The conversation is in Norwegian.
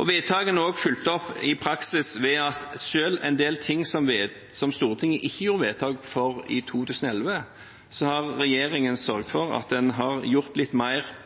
Vedtakene er også fulgt opp i praksis, selv en del ting som Stortinget ikke fattet vedtak om i 2011, så regjeringen har sørget for at en har gjort litt mer